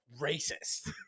racist